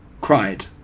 cried